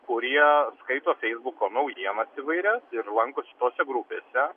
kurie skaito feisbuko naujienas įvairias ir lankosi tose grupėse